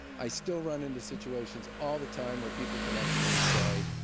i still run into situations all the time where people come up to me and say,